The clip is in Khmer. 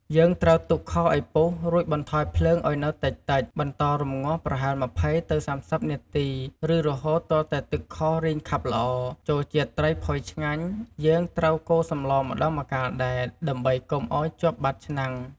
យើងត្រូវទុកខឱ្យពុះ រួចបន្ថយភ្លើងឱ្យនៅតិចៗ បន្តរម្ងាស់ប្រហែល ២០ ទៅ ៣០ នាទី ឬរហូតទាល់តែទឹកខរីងខាប់ល្អ ចូលជាតិត្រីផុយឆ្ងាញ់ យើងត្រូវកូរសម្លម្ដងម្កាលដែរ ដើម្បីកុំឱ្យជាប់បាតឆ្នាំង។